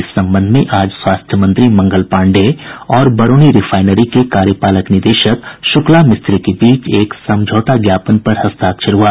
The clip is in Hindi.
इस संबंध में आज स्वास्थ्य मंत्री मंगल पांडेय और बरौनी रिफायनरी के कार्यपालक निदेशक शुक्ला मिस्त्री के बीच एक समझौता ज्ञापन पर हस्ताक्षर हुआ